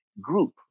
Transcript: group